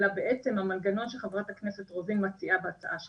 אלא בעצם המנגנון שחברת הכנסת רוזין מציעה בהצעה שלה,